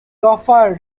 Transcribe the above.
offered